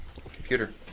Computer